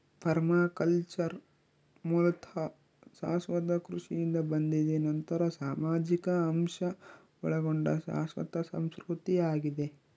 permaculture ಮೂಲತಃ ಶಾಶ್ವತ ಕೃಷಿಯಿಂದ ಬಂದಿದೆ ನಂತರ ಸಾಮಾಜಿಕ ಅಂಶ ಒಳಗೊಂಡ ಶಾಶ್ವತ ಸಂಸ್ಕೃತಿ ಆಗಿದೆ